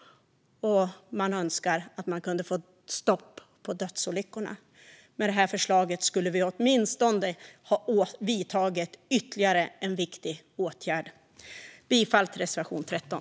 Man önskar också att vi kunde få stopp på dödsolyckorna. Med vårt förslag hade man åtminstone vidtagit ytterligare en viktig åtgärd. Jag yrkar därmed bifall till reservation 13.